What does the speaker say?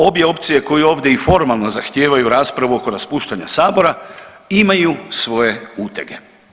Obje opcije koje ovdje i formalno zahtijevaju raspravu oko raspuštanja sabora imaju svoje utege.